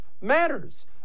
matters